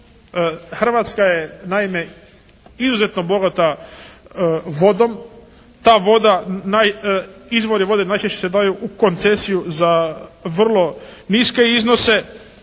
Hrvatska je naime izuzetno bogata vodom. Ta voda naj, izvori vode najčešće se daju u koncesiju za vrlo niske iznose.